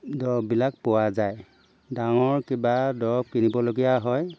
দৰৱবিলাক পোৱা যায় ডাঙৰ কিবা দৰৱ কিনিবলগীয়া হয়